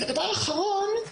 דבר אחרון.